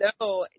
No